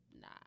nah